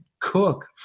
cook